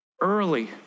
Early